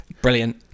Brilliant